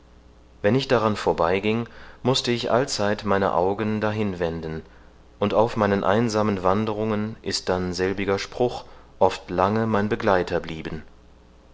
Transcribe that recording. wenn ich daran vorbeiging mußte ich allzeit meine augen dahin wenden und auf meinen einsamen wanderungen ist dann selbiger spruch oft lange mein begleiter blieben